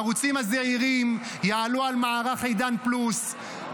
הערוצים הזעירים יעלו על מערך עידן פלוס.